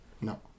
No